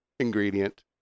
ingredient